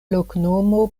loknomo